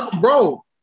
bro